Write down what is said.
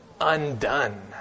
undone